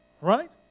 Right